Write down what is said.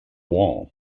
wall